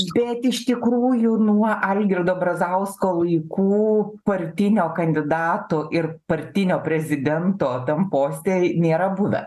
bet iš tikrųjų nuo algirdo brazausko laikų partinio kandidato ir partinio prezidento tam poste nėra buvę